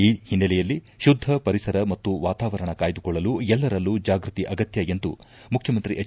ಈ ಹಿನ್ನೆಲೆಯಲ್ಲಿ ಶುದ್ದ ಪರಿಸರ ಮತ್ತು ವಾತಾವರಣ ಕಾಯ್ದುಕೊಳ್ಳಲು ಎಲ್ಲರಲ್ಲೂ ಜಾಗೃತಿ ಅಗತ್ತ ಎಂದು ಮುಖ್ಯಮಂತ್ರಿ ಎಚ್